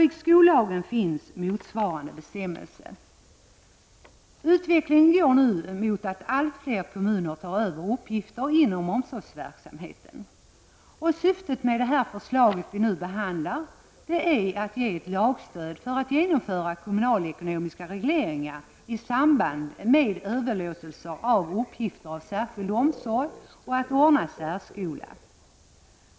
I skollagen finns motsvarande bestämmelse. Utvecklingen går nu mot att allt fler kommuner tar över uppgifter inom omsorgsverksamheten. Syftet med det förslag vi nu behandlar är att ge ett lagstöd för genomförandet av kommunalekonomiska regleringar i samband med överlåtelser av uppgifter av särskild omsorg och anordnande av särskola.